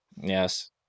Yes